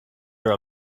are